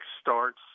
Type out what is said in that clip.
starts